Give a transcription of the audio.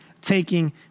taking